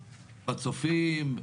בצופים,